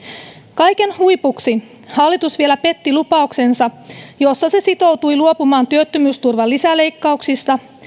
kaiken huipuksi hallitus vielä petti lupauksensa jossa se sitoutui luopumaan työttömyysturvan lisäleikkauksista